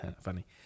Funny